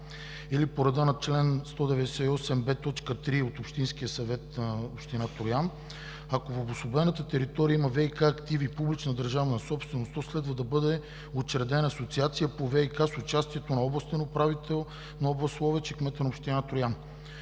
или по реда на чл. 198б, т. 3 от общинския съвет на община Троян. Ако в обособената територия има ВиК активи публична държавна собственост, то следва да бъде учредена Асоциация по ВиК с участието на областния управител на област Ловеч и кмета на община Троян,